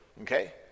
okay